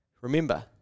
Remember